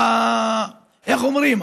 איך אומרים?